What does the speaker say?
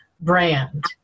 brand